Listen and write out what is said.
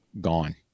gone